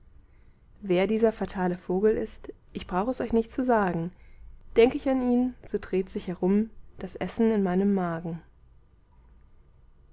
wer dieser fatale vogel ist ich brauch es euch nicht zu sagen denk ich an ihn so dreht sich herum das essen in meinem magen